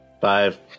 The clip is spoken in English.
Five